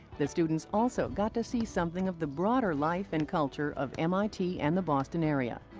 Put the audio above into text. the students also got to see something of the broader life and culture of mit and the boston area,